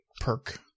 perk